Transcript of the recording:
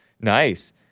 Nice